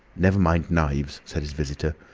never mind knives, said his visitor,